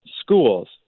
schools